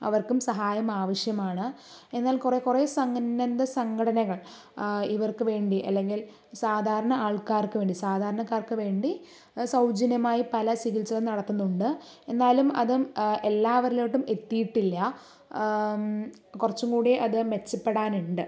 അവർക്കും സഹായം ആവശ്യമാണ് എന്നാൽ കുറേ കുറേ സംഘടനകൾ ഇവർക്ക് വേണ്ടി അല്ലെങ്കിൽ സാധാരണ ആൾക്കാർക്ക് വേണ്ടി സാധാരണക്കാർക്ക് വേണ്ടി സൗജന്യമായി പല ചികിത്സകളും നടക്കുന്നുണ്ട് എന്നാലും അത് എല്ലാവരിലോട്ടും എത്തിയിട്ടില്ല കുറച്ചും കൂടി അത് മെച്ചപ്പെടാനുണ്ട്